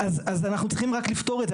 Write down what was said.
אז אנחנו צריכים רק לפתור את זה.